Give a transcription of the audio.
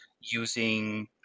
using